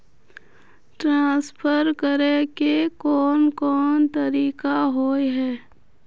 Transfer करे के कोन कोन तरीका होय है?